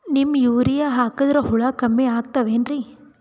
Neem urea ಹಾಕದ್ರ ಹುಳ ಕಮ್ಮಿ ಆಗತಾವೇನರಿ?